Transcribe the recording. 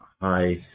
high